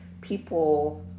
people